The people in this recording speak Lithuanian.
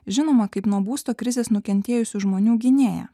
žinoma kaip nuo būsto krizės nukentėjusių žmonių gynėja